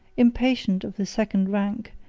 impatient of the second rank,